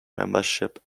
membership